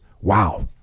wow